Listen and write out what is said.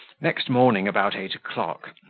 next morning, about eight o'clock,